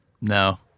No